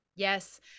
Yes